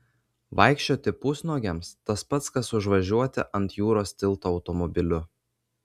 vaikščioti pusnuogiams tas pats kas užvažiuoti ant jūros tilto automobiliu